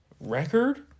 record